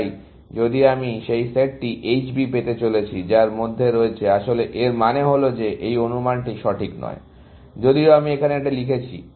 তাই যদি আমি সেই সেটটি H B পেতে চলেছি যার মধ্যে রয়েছে আসলে এর মানে হল যে এই অনুমানটি সঠিক নয় যদিও আমি এখানে এটি লিখেছি